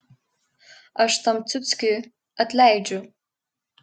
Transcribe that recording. aš tam ciuckiui atleidžiu